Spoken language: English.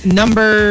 number